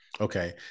Okay